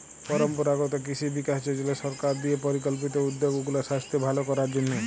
পরম্পরাগত কিসি বিকাস যজলা সরকার দিঁয়ে পরিকল্পিত উদ্যগ উগলার সাইস্থ্য ভাল করার জ্যনহে